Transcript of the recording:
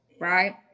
right